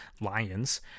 Lions